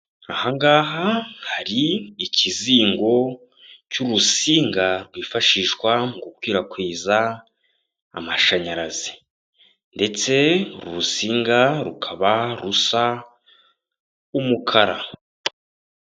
Ahangaha hari ikizingo cy'urusinga rwifashishwa mu gukwirakwiza amashanyarazi ndetse urusinga rukaba rusa umukara.